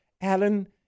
Alan